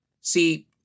See